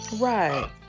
Right